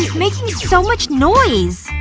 yeah making so much noise